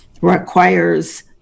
requires